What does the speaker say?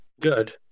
Good